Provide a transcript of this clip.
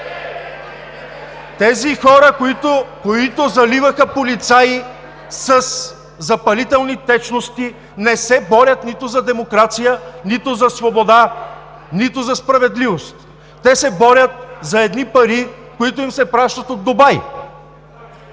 Тези хора, които заливаха полицаи със запалителни течности, не се борят нито за демокрация, нито за свобода, нито за справедливост. Те се борят за едни пари, които им се пращат от Дубай!